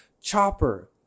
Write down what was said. Chopper